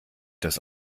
das